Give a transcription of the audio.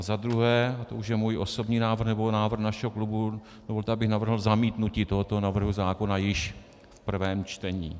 Za druhé to už je můj osobní návrh nebo návrh našeho klubu dovolte, abych navrhl zamítnutí tohoto návrhu zákona již v prvém čtení.